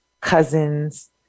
cousins